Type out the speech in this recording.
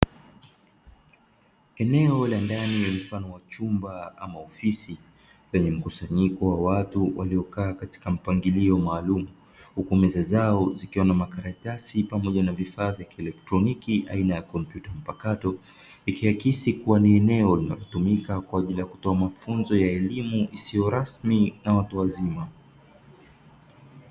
Eneo la ndani lenye mfano wa chumba ama ofisi lenye mkusanyiko wa watu waliokaa katika mpangilio maalum huku meza zao zikiwa na makaratasi pamoja na vifaa vya kielektroniki aina ya kompyuta mpakato ikihakikisha kuwa ni eneo linalotumika kwa ajili ya kutoa mafunzo ya elimu isiyo rasmi na watu wazima.